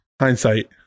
hindsight